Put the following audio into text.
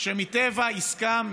שמטבע עסקם,